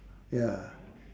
ya